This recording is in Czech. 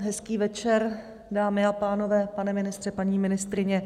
Hezký večer, dámy a pánové, pane ministře, paní ministryně.